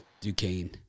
Duquesne